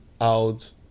out